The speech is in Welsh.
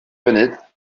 funud